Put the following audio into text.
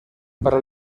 para